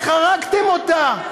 איך הרגתם אותה?